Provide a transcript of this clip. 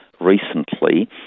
recently